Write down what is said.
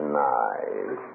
nice